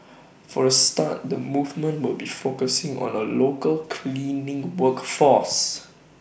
for A start the movement will be focusing on the local cleaning work force